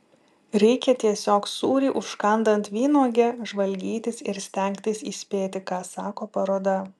reikia tiesiog sūrį užkandant vynuoge žvalgytis ir stengtis įspėti ką sako paroda